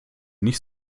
nicht